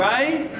Right